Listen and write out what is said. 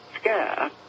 scare